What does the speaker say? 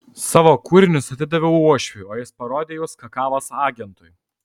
savo kūrinius atidaviau uošviui o jis parodė juos kakavos agentui